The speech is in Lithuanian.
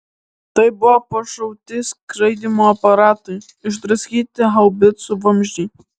tai buvo pašauti skraidymo aparatai išdraskyti haubicų vamzdžiai